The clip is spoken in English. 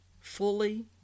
fully